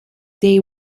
they